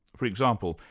for example,